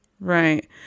Right